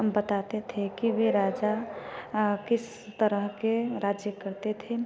बताते थे कि वे राजा किस तरह के राज्य करते थे